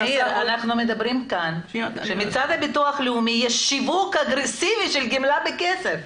אנחנו מדברים כאן שמצד הביטוח הלאומי יש שיווק אגרסיבי של גימלה בכסף.